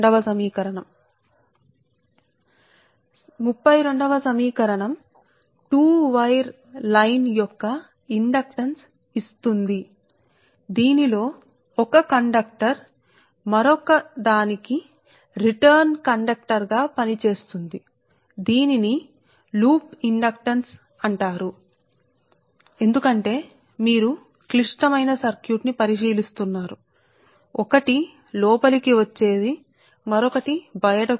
ఇది సమీకరణం 32 సరే కాబట్టి ఇప్పుడు సమీకరణం 32 టు వైర్ లైన్ యొక్క ఇండెక్టున్సు ను ఇస్తుంది దీనిలో ఒక కండక్టర్ మరొక దానికి రిటర్న్ కండక్టర్గా పని చేస్తుంది దీనిని లూప్ ఇండక్టెన్స్ అంటారు సరే ఎందుకంటే మీరు క్లిష్టమైన సర్క్యూట్ను పరిశీలిస్తున్నారు సరే ఒకటి ఇన్ కమింగ్ మరొకటి అవుట్ గోయింగ్